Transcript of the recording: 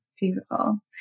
Beautiful